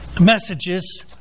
messages